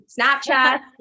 Snapchat